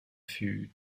fut